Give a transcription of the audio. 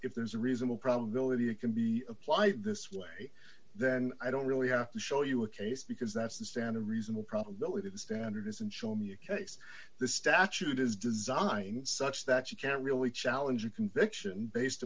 if there's a reasonable probability it can be applied this way then i don't really have to show you a case because that's the standard reasonable probability standard is and show me a case this statute is designed such that you can't really challenge a conviction based